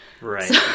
Right